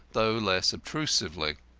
though less obtrusively.